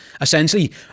Essentially